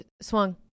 swung